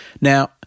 Now